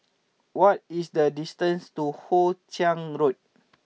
what is the distance to Hoe Chiang Road